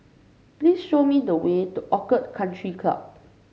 please show me the way to Orchid Country Club